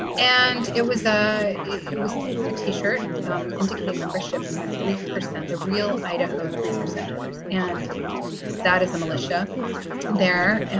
and it was ah it it was a t-shirt um indicate membership in the three percent, the real idaho three percenters. and that is the militia there, and